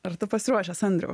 ar tu pasiruošęs andriau